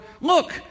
look